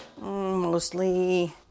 Mostly